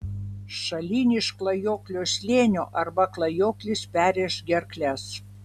šalin iš klajoklio slėnio arba klajoklis perrėš gerkles